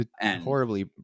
Horribly